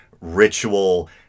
ritual